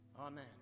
Amen